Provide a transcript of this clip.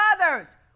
others